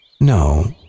No